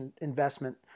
investment